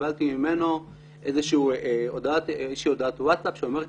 קיבלתי ממנו איזושהי הודעת ווטסאפ שאומרת